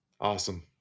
Awesome